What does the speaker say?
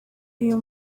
iyo